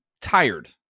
tired